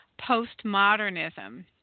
postmodernism